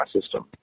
system